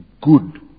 good